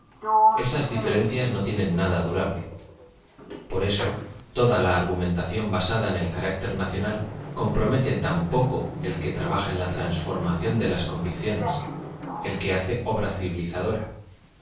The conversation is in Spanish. esas diferencias no tienen nada durable por eso toda la argumentación basada en el carácter nacional compromete tan poco el que trabaja ea la transformación de las coaviccioaes el que hace obra